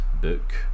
book